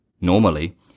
Normally